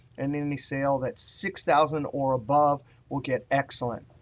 and any sale that's six thousand or above will get excellent.